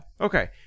Okay